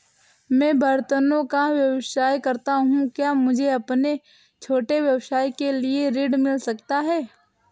मैं बर्तनों का व्यवसाय करता हूँ क्या मुझे अपने छोटे व्यवसाय के लिए ऋण मिल सकता है?